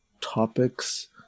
topics